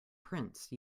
prince